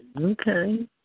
Okay